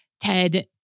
Ted